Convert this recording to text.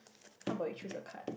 how about you choose a card